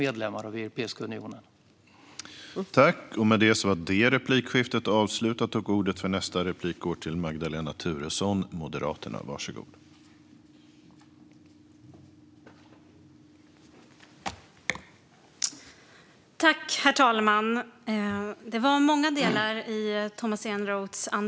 Det hoppas jag att vi båda är överens om.